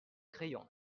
crayon